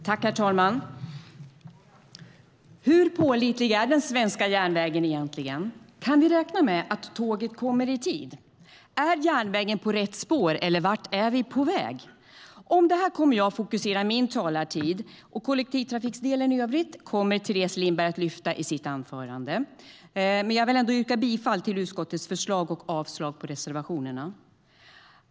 Herr talman! Hur pålitlig är egentligen den svenska järnvägen? Kan vi räkna med att tåget kommer i tid? Är järnvägen på rätt spår, eller vart är vi på väg? Det kommer jag att fokusera min talartid på. Kollektivtrafiksdelen i övrigt kommer Teres Lindberg att lyfta fram i sitt anförande. Jag yrkar bifall till utskottets förslag och avslag på reservationerna.